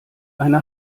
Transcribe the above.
eine